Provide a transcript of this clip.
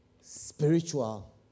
spiritual